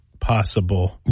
possible